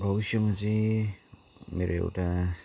भविष्यमा चाहिँ मेरो एउटा